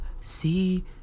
see